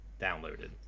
downloaded